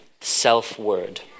self-word